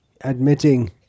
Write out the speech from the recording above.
admitting